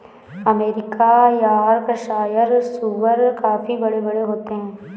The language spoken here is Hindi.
अमेरिकन यॅार्कशायर सूअर काफी बड़े बड़े होते हैं